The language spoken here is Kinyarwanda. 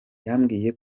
yambwiye